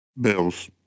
Bills